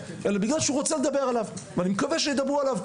אלא בגלל שהוא רוצה לדבר עליו ואני מקווה שידברו עליו,